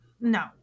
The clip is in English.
no